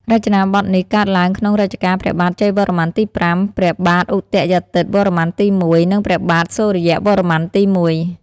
រចនាបថនេះកើតឡើងក្នុងរជ្ជកាលព្រះបាទជ័យវរ្ម័នទី៥ ព្រះបាទឧទយាទិត្យវរ្ម័នទី១ និងព្រះបាទសូរ្យវរ្ម័នទី១។